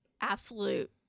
absolute